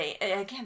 again